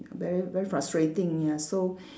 very very frustrating ya so